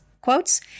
quotes